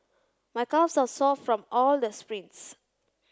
my calves are sore from all the sprints